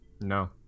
No